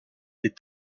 est